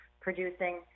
producing